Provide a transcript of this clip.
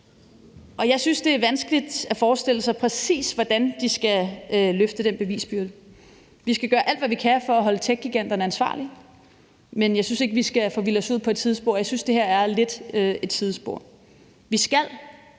jeg synes, det er vanskeligt at forestille sig, præcis hvordan de skal løfte den bevisbyrde. Vi skal gøre alt, hvad vi kan, for at holde techgiganterne ansvarlige, men jeg synes ikke, vi skal forvilde os ud på et sidespor, og jeg synes, det her er lidt et sidespor. Vi skal